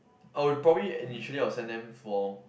I would probably initially I will send them from